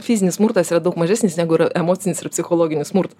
fizinis smurtas yra daug mažesnis negu yra emocinis ir psichologinis smurtas